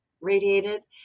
radiated